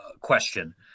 question